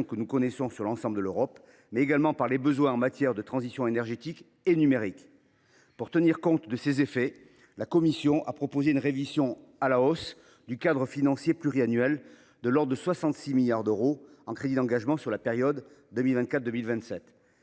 actuelle dans l’ensemble de l’Europe, mais également par les besoins en matière de transition énergétique et numérique. Pour tenir compte de ces effets, la Commission européenne a proposé une révision à la hausse du cadre financier pluriannuel de l’ordre de 66 milliards d’euros en crédits d’engagement sur la période 2024 2027.